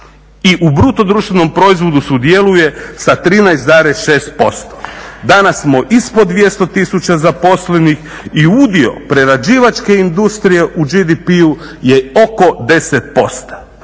i u bruto društvenom proizvodu sudjeluje sa 13,6%, danas smo ispod 200 tisuća zaposlenih i udio prerađivačke industrije u BDP-u je oko 10%.